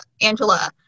Angela